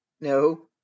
No